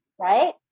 right